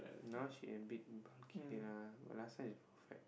now she a bit bulky lah but last time is perfect